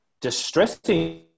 distressing